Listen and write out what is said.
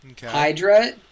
Hydra